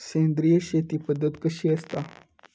सेंद्रिय शेती पद्धत कशी असता?